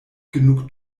genug